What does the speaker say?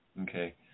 Okay